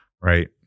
Right